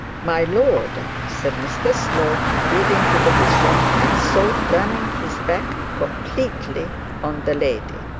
my lord said mr slope, appealing to the bishop, and so turning his back completely on the lady,